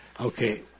okay